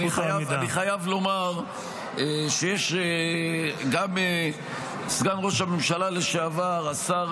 אני חייב לומר שגם סגן ראש הממשלה לשעבר השר